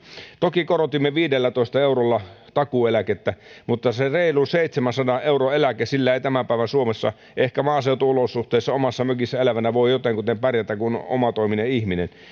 toki korotimme viidellätoista eurolla takuueläkettä mutta sillä reilulla seitsemänsadan euron eläkkeellä ei tämän päivän suomessa pärjää ehkä maaseutuolosuhteissa omassa mökissään elävänä voi jotenkuten pärjätä kun on omatoiminen ihminen